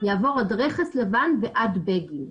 יעבור עד רכס לבן ועד בגין.